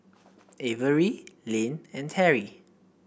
Averie Lynn and Terry